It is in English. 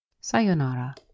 Sayonara